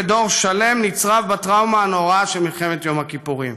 ודור שלם נצרב בטראומה הנוראה של מלחמת יום הכיפורים?